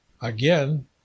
again